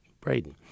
Braden